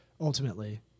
ultimately